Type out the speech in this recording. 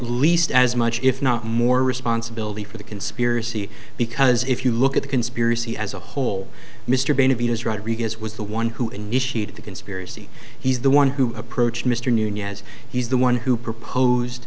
least as much if not more responsibility for the conspiracy because if you look at the conspiracy as a whole mr benavides rodriguez was the one who initiated the conspiracy he's the one who approached mr nunez he's the one who proposed